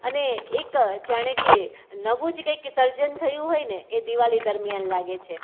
અને એક જાણે કે નવું જ કંઈક સર્જન થયું હોય ને એ દિવાળી દરમિયાન લાગે છે